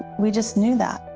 we just knew that.